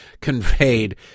conveyed